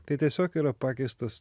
tai tiesiog yra pakeistas